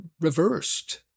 reversed